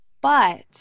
But-